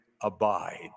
abide